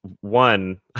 One